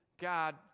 God